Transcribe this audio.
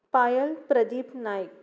Payal Pradeep Naik